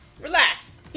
Relax